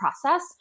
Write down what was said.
process